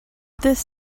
this